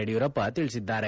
ಯಡಿಯೂರಪ್ಪ ತಿಳಿಸಿದ್ದಾರೆ